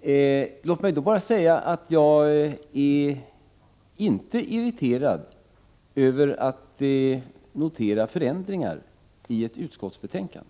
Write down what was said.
den. Låt mig säga att jag inte är irriterad över att kunna notera förändringar i ett utskottsbetänkande.